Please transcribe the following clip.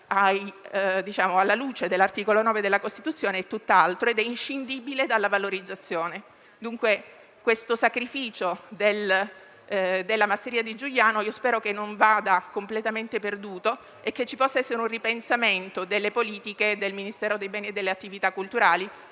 alla luce dell'articolo 9 della Costituzione, è tutt'altro ed è inscindibile dalla valorizzazione. Spero pertanto che questo sacrificio della masseria di Giuliano non vada completamente perduto e ci possa essere un ripensamento delle politiche del Ministero per i beni e le attività culturali